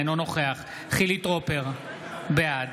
אינו נוכח חילי טרופר, בעד